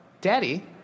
daddy